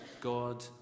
God